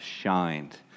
shined